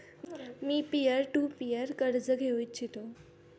me peer to peer कर्ज घेऊ इच्छितो